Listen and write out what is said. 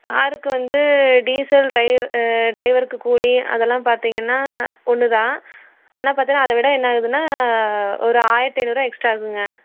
காருக்கு வந்து டீசல் ட்ரை ட்ரைவருக்கு கூலி அதல்லாம் பார்த்திங்கன்னா ஒன்றுதான் ஆனால் பார்த்திங்கன்னா அதைவிட என்னாகுதுன்னா ஒரு ஆயிரத்தி ஐநூறுவாபா எக்ஸ்ட்டா ஆகுதுங்க